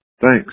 Thanks